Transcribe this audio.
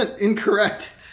Incorrect